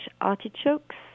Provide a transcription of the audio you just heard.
artichokes